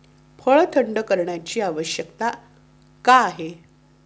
फळ थंड करण्याची आवश्यकता का आहे?